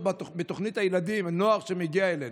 בתוכנית הילדים והנוער שמגיע אלינו.